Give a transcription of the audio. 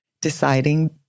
deciding